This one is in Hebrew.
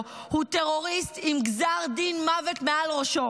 הוא טרוריסט עם גזר דין מוות מעל ראשו,